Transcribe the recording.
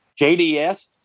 JDS